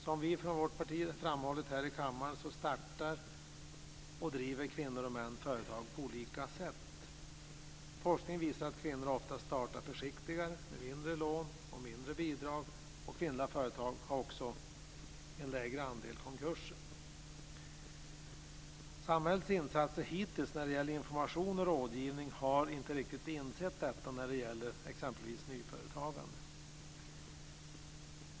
Som vi från vårt parti framhållit här i kammaren startar och driver kvinnor och män företag på olika sätt. Forskning visar att kvinnor ofta startar försiktigare, med mindre lån och mindre bidrag. Kvinnliga företagare har också en lägre andel konkurser. Samhällets insatser hittills när det gäller information och rådgivning har inte riktigt insett detta när det gäller t.ex. nyföretagande.